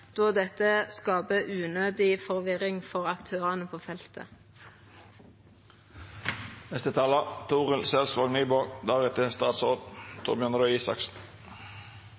då dette skaper unødig forvirring for aktørane på